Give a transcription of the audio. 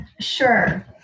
Sure